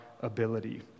ability